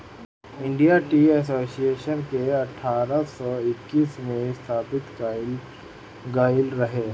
India tea association के अठारह सौ इक्यासी में स्थापित कईल गईल रहे